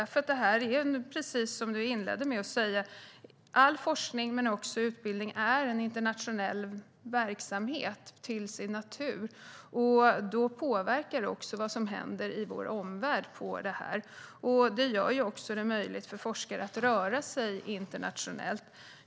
Som Allan Widman inledde med att säga är nämligen all forskning och utbildning en internationell verksamhet till sin natur. Då påverkas detta även av vad som händer i vår omvärld. Det gör det också möjligt för forskare att röra sig internationellt.